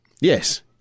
Yes